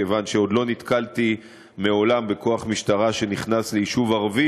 כיוון שעוד לא נתקלתי מעולם בכוח משטרה שנכנס ליישוב ערבי